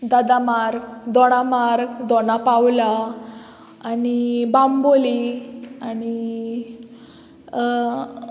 दादामार दोडा मार्ग दोना पावला आनी बांबोली आनी